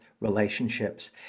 relationships